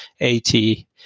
80